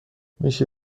میشه